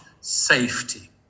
safety